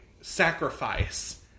sacrifice